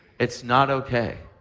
it's not okay.